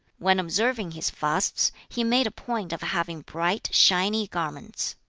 when observing his fasts, he made a point of having bright, shiny garments,